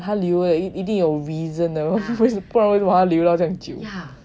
她留的一定有 reason 的 right 要不然为什么她留到这样久